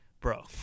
Bro